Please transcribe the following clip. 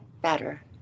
better